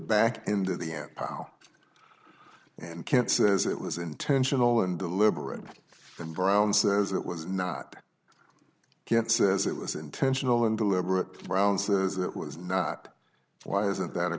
back into the end and can't says it was intentional and deliberate and brown says it was not yet says it was intentional and deliberate brown says it was not why isn't that a